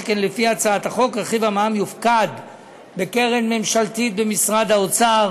שכן לפי הצעת החוק רכיב המע״מ יופקד בקרן ממשלתית במשרד האוצר